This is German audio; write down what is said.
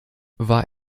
war